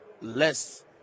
less